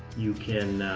you can